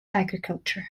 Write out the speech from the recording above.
agriculture